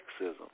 sexism